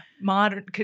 modern